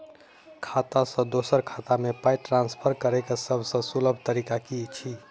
खाता सँ दोसर खाता मे पाई ट्रान्सफर करैक सभसँ सुलभ तरीका की छी?